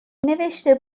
نوشته